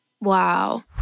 Wow